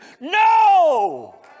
No